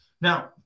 now